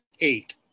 eight